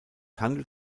handelt